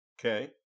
Okay